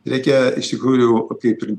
reikia iš tikrųjų kaip ir